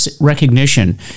recognition